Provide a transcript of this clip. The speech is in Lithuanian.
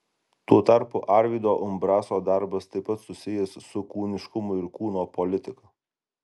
tuo tarpu arvydo umbraso darbas taip pat susijęs su kūniškumu ir kūno politika